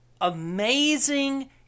amazing